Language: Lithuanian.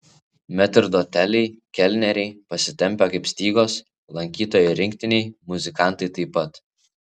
metrdoteliai kelneriai pasitempę kaip stygos lankytojai rinktiniai muzikantai taip pat